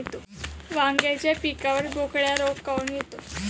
वांग्याच्या पिकावर बोकड्या रोग काऊन येतो?